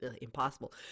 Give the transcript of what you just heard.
Impossible